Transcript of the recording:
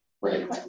Right